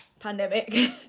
pandemic